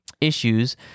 issues